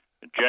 Jack